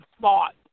thought